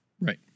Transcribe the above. Right